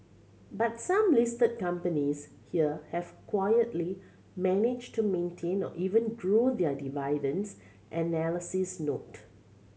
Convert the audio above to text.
but some listed companies here have quietly managed to maintain or even grow their dividends analysts note